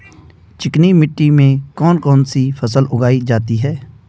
चिकनी मिट्टी में कौन कौन सी फसल उगाई जाती है?